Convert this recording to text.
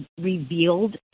revealed